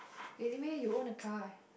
really meh you own a car